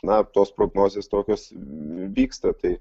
na tos prognozės tokios vyksta tai